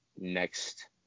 next